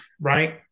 right